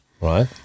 right